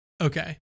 Okay